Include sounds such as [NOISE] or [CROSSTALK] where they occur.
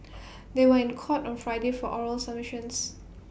[NOISE] they were in court on Friday for oral submissions